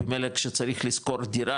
במלא כשצריך לשכור דירה,